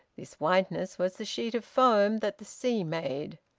this whiteness was the sheet of foam that the sea made.